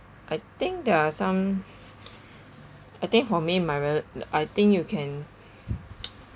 I think there are some I think for me my rel~ uh I think you can